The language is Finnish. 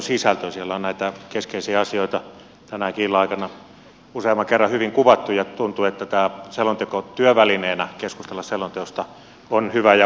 siellä on näitä keskeisiä asioita tämänkin illan aikana useamman kerran hyvin kuvattu ja tuntuu että tämä selonteko keskustelun työvälineenä on hyvä ja onnistunut